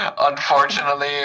Unfortunately